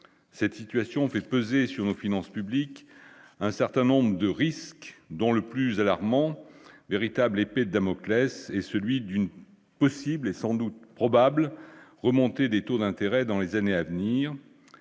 cette situation fait peser sur nos finances publiques, un certain nombre de risques dont le plus alarmant, véritable épée Damoclès est celui d'une possible et sans doute probable remontée des taux d'intérêt dans les années à venir,